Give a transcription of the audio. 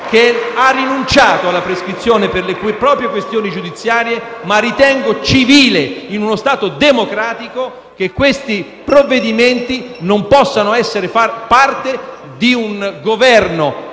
che ha rinunciato alla prescrizione per le proprie questioni giudiziarie. Ritengo civile, in uno Stato democratico, che siffatti provvedimenti non possano venire da un Governo